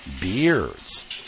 beards